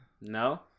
No